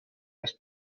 erst